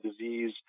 disease